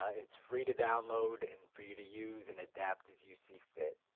ah it's free to download and for you to use and adapt as you see fit.